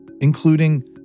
including